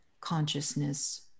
consciousness